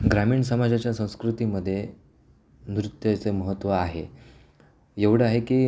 ग्रामीण समाजाच्या संस्कृतीमध्ये नृत्याचे महत्त्व आहे एवढं आहे की